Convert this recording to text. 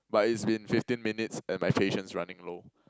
but it's been fifteen minutes and my patience running low